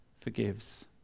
forgives